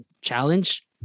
challenge